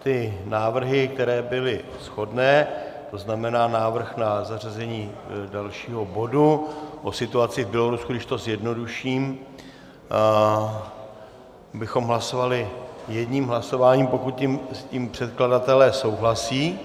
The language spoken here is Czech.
Ty návrhy, které byly shodné, to znamená návrh na zařazení dalšího bodu o situaci v Bělorusku, když to zjednoduším, bychom hlasovali jedním hlasováním, pokud s tím předkladatelé souhlasí.